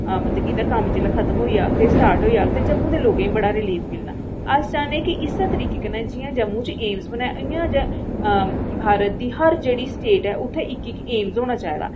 जेह्लै एह्दा कम्म खत्म होई जाह्ग ते स्टार्ट होई जाह्ग ते जम्मू दे लोकें गी बड़ा रिलीफ मिलना अस चाह्ने कि इस्सै तरीके कन्नै जि'यां जम्मू च एम्स बनेआ इ'यै जेहा भारत दी जेह्ड़ी हर स्टेट ऐ उत्थै इक इक एम्स होना चाहिदा